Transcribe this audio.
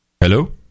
Hello